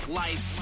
life